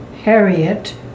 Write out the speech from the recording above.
Harriet